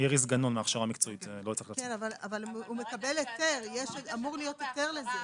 --- אמור להיות היתר לזה.